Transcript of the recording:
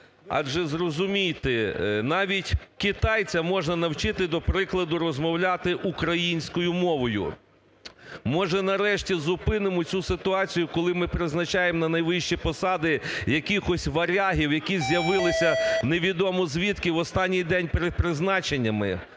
Адже зрозумійте, навіть китайця можна навчити, до прикладу, розмовляти українською мовою. Може нарешті зупинимо цю ситуацію, коли ми призначаємо на найвищі посади якихось варягів, які з'явилися невідомо звідки, в останній день перед призначеннями?